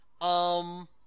um-